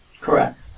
Correct